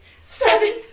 seven